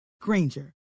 Granger